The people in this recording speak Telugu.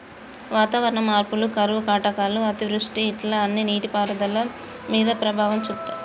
వాతావరణ మార్పులు కరువు కాటకాలు అతివృష్టి ఇట్లా అన్ని నీటి పారుదల మీద ప్రభావం చూపితాయ్